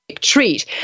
treat